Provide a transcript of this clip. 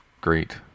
great